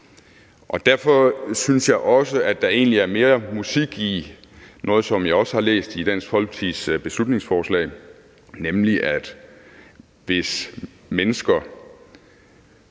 Derfor synes jeg også, at der egentlig er mere musik i noget, som jeg også har læst i Dansk Folkepartis beslutningsforslag, nemlig at hvis mennesker